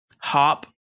Hop